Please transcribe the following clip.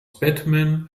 batman